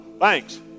thanks